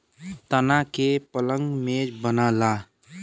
तना के पलंग मेज बनला